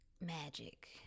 Magic